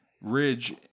ridge